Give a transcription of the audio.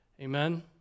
Amen